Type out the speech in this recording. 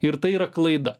ir tai yra klaida